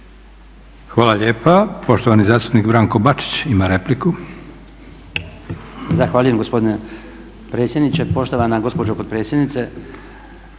Hvala lijepa. Poštovani zastupnik Branko Bačić ima repliku.